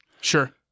Sure